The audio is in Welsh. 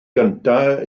gyntaf